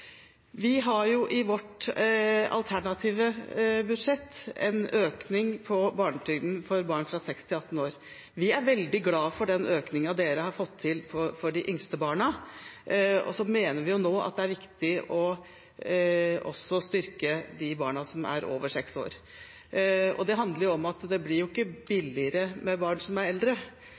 Vi har i vårt alternative budsjett en økning i barnetrygden for barn fra 6 til 18 år. Vi er veldig glad for den økningen Kristelig Folkeparti har fått til for de yngste barna, og så mener vi at det er viktig nå også å styrke de barna som er over 6 år. Det handler om at det ikke blir billigere med eldre barn. Det er